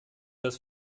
das